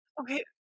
Okay